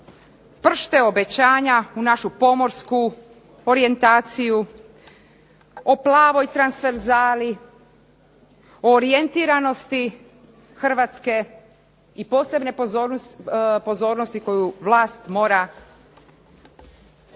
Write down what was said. pršte obećanja u našu pomorsku orijentaciju o plavoj transferzali, o orijentiranosti Hrvatske i posebne pozornosti koju vlast mora pokloniti